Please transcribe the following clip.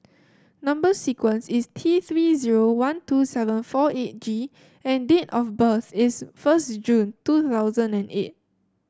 number sequence is T Three zero one two seven four eight G and date of birth is first June two thousand and eight